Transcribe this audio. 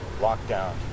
lockdown